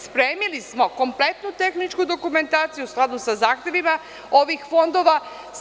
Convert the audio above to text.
Spremili smo kompletnu tehničku dokumentaciju u skladu sa zahtevima ovih fondova.